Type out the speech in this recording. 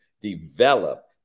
develop